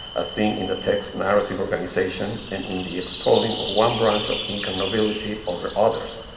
as seen in the text narrative organization and in the extolling of one branch of incan nobility over others.